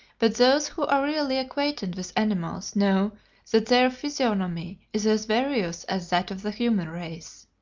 but those who are really acquainted with animals know that their physiognomy is as various as that of the human race.